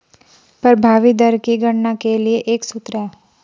प्रभावी दर की गणना के लिए एक सूत्र है